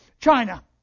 China